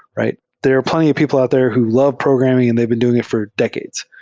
right? there are plenty of people out there who love programming and they've been doing it for decades.